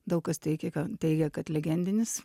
daug kas teigė kan teigia kad legendinis